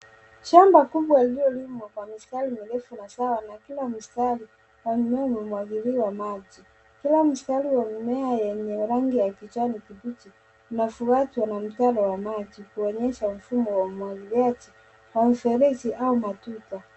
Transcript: Shamba kubwa lililolimwa kwa mistari inaonyesha mazao na kila mstari wa mimea umemwagiliwa maji. Kila mstari wa mimea yenye rangi ya kijani kibichi inafuatwa na mtaro wa maji kuonyesha mfumo wa umwagiliaji wa mfereji au matuta.